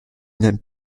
une